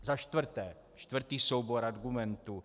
Za čtvrté, čtvrtý soubor argumentů.